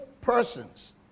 persons